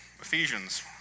Ephesians